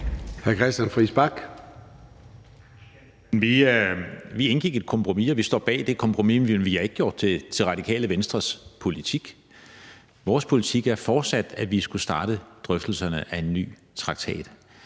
Vi indgik et kompromis, og vi står bag det kompromis, men vi har ikke gjort det til Radikale Venstres politik. Vores politik er fortsat, at vi skulle starte drøftelserne af en ny traktat,